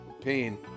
pain